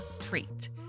treat